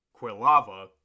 Quilava